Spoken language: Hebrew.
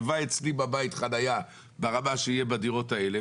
הלוואי אצלי בבית חניה ברמה שיהיה בדירות האלה,